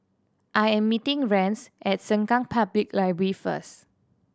I am meeting Rance at Sengkang Public Library first